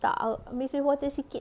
tak ah mix with water sikit